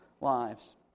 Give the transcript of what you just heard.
lives